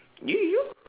you you you